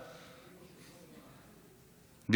מירב,